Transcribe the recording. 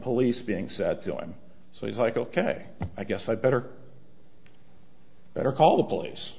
police being said to him so he's like ok i guess i better better call the police